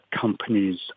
companies